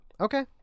Okay